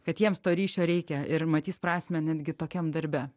kad jiems to ryšio reikia ir matys prasmę netgi tokiam darbe